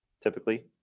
typically